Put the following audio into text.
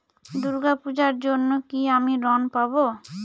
দূর্গা পূজার জন্য কি আমি ঋণ পাবো?